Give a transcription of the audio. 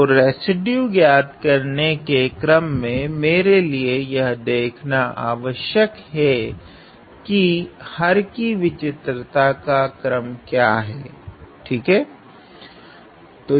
तो रेसिड्यू ज्ञात करने के क्रम मे मेरे लिए यह देखना आवश्यक हैं कि हर कि विचित्रता का क्रम क्या हैंठीक हैं